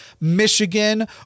Michigan